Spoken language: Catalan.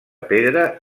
pedra